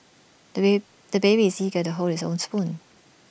the bay the baby is eager to hold his own spoon